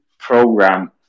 program